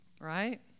Right